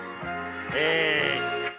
Hey